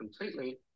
completely